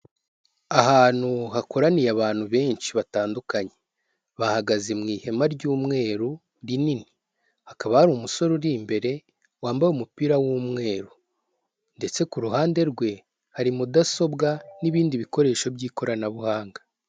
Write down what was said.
Ahantu hakoraniye abantu benshi batandukanye bahagaze mu ihema ry'umweru rinini, hakaba hari umusore uri imbere wambaye umupira w'umweru ndetse ku ruhande rwe hari mudasobwa n'ibindi bikoresho by'ikoranabuhanga.